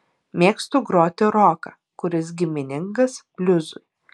mėgstu groti roką kuris giminingas bliuzui